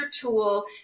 tool